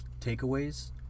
takeaways